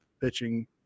pitching